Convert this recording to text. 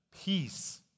Peace